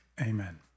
amen